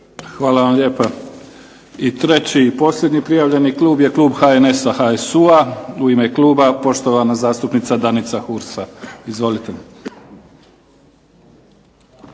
Hvala vam lijepa. I treći i posljednji prijavljeni klub je klub HNS-HSU-a. U ime kluba poštovana zastupnica Danica Hursa. Izvolite.